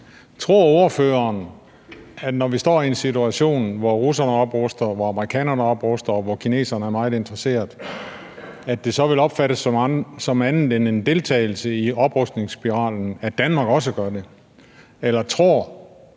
Tror ordføreren, at det, når vi står i en situation, hvor russerne opruster, hvor amerikanerne opruster, og hvor kineserne er meget interesserede, så vil opfattes som andet end en deltagelse i oprustningsspiralen, at Danmark også gør det, eller tror